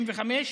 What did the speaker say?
95,